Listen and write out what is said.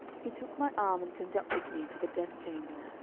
he took my arm and conducted me to the death-chamber.